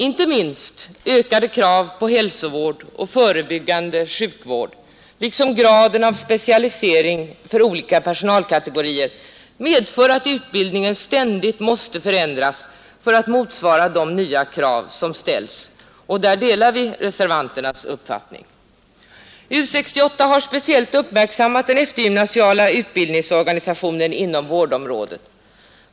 Inte minst ökade krav på hälsovård och förebyggande sjukvård liksom graden av specialisering för olika personalkategorier medför att utbildningen ständigt måste förändras för att motsvara de nya krav som ställs. Därvidlag delar vi reservanternas uppfattning. U 68 har speciellt uppmärksammat den eftergymnasiala utbildningsorganisationen inom vårdområdet.